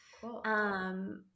Cool